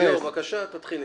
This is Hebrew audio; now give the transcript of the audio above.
ליאור, בבקשה, תתחיל.